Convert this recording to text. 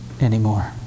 anymore